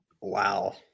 Wow